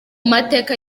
mateka